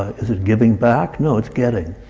is it giving back? no, it's getting,